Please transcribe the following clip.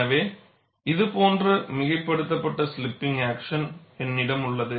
எனவே இதுபோன்ற மிகைப்படுத்தப்பட்ட ஸ்லிப்பிங்க் ஆக்ஷன் என்னிடம் உள்ளது